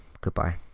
goodbye